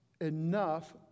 enough